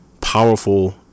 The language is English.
powerful